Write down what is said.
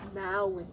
now